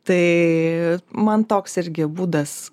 tai man toks irgi būdas